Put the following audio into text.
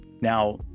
Now